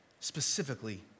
Specifically